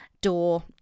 door